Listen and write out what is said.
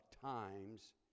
times